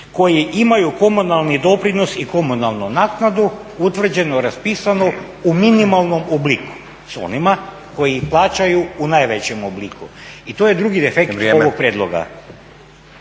koji imaju komunalni doprinos i komunalnu naknadu utvrđenu i raspisanu u minimalnom obliku s onima koji plaćaju u najvećem obliku. I to je drugi defekt ovog prijedloga.